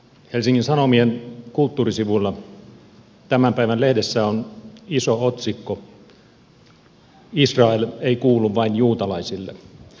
helsingin sanomien kulttuurisivuilla tämän päivän lehdessä on iso otsikko israel ei kuulu vain juutalaisille